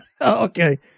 Okay